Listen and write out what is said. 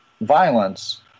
violence